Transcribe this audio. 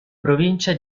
provincia